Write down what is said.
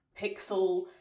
pixel